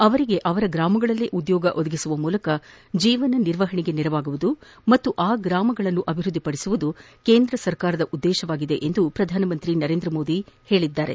ಅವರಿಗೆ ಅವರ ಗ್ರಾಮಗಳಲ್ಲೇ ಉದ್ಯೋಗ ಒದಗಿಸುವ ಮೂಲಕ ಜೀವನ ನಿರ್ವಹಣೆಗೆ ನೆರವಾಗುವುದು ಮತ್ತು ಆ ಗ್ರಾಮಗಳನ್ನು ಅಭಿವೃದ್ದಿಪಡಿಸುವುದು ಕೇಂದ್ರ ಸರ್ಕಾರದ ಉದ್ದೇಶವಾಗಿದೆ ಎಂದು ಪ್ರಧಾನಮಂತ್ರಿ ನರೇಂದ್ರಮೋದಿ ಹೇಳಿದ್ದಾರೆ